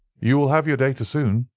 you will have your data soon,